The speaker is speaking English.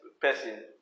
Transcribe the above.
person